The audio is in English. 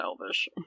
Elvish